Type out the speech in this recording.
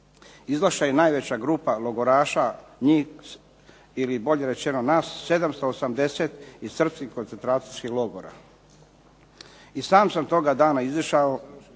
izašla je najveća grupa logoraša njih, odnosno bolje rečeno nas 780 iz Srpskih koncentracijskih logora. I sam sam toga dana izišao